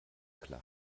klar